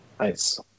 Nice